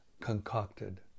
concocted